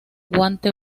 guante